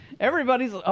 Everybody's